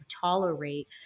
tolerate